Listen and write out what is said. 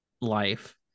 life